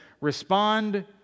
Respond